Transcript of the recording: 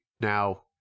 Now